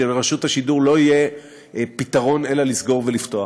שלרשות השידור לא יהיה פתרון אלא לסגור ולפתוח.